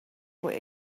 what